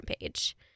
page